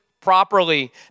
properly